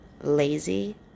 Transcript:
lazy